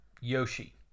Yoshi